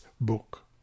book